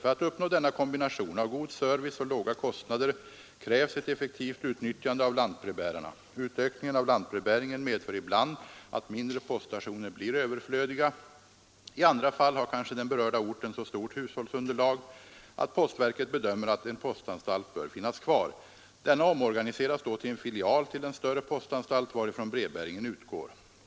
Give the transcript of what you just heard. För att uppnå denna kombination av god service och låga kostnader krävs ett effektivt utnyttjande av lantbrevbärarna. Utökningen av lantbrevbäringen medför ibland att mindre poststationer blir överflödiga. I andra fall har kanske den berörda orten så stort hushållsunderlag att postverket bedömer att en postanstalt bör finnas kvar. Denna omorganiseras då till en filial till den större postanstalt varifrån brevbäringen utgår.